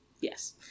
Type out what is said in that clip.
Yes